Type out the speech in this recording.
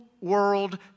world